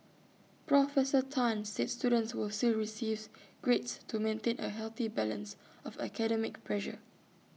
professor Tan said students would still receives grades to maintain A healthy balance of academic pressure